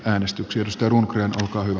äänestyksestä runkreen sekaan